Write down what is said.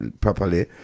properly